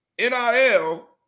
NIL